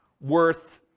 worth